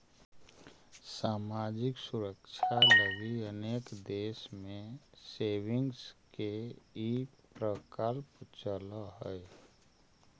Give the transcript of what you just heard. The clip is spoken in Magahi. सामाजिक सुरक्षा लगी अनेक देश में सेविंग्स के ई प्रकल्प चलऽ हई